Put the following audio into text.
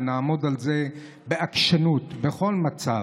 ונעמוד על זה בעקשנות בכל מצב,